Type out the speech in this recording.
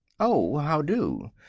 oh, how do!